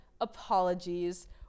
Apologies